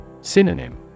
Synonym